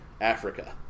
Africa